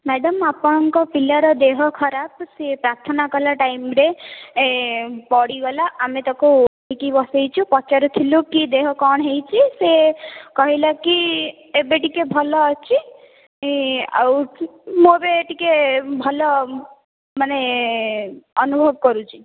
madam ଆପଣଙ୍କ ପିଲାର ଦେହ ଖରାପ ତ ସିଏ ପ୍ରାର୍ଥନା କଲା ଟାଇମ୍ରେ ପଡ଼ିଗଲା ଆମେ ତାକୁ ଉଠେଇକି ବସାଇଛୁ ପଚାରୁଥିଲୁ କି ଦେହ କ'ଣ ହୋଇଛି ସିଏ କହିଲାକି ଏବେ ଟିକିଏ ଭଲ ଅଛି ଆଉ ମୁଁ ଏବେ ଟିକିଏ ଭଲ ମାନେ ଅନୁଭବ କରୁଛି